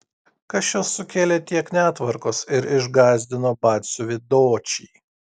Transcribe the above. kas čia sukėlė tiek netvarkos ir išgąsdino batsiuvį dočį